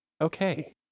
okay